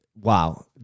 Wow